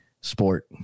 sport